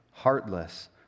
...heartless